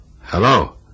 Hello